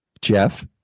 Jeff